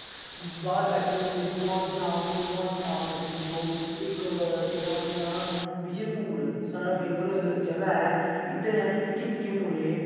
बाह्र बैठे दे होंदे भगवान गे नांऽ पर भगवान गे नांऽ पर देई ओड़ो इक जियां हून विजयपुर साढ़ै बजीपर जगह् ऐ इद्धर जानि निक्के निक्के मुड़े